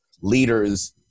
leaders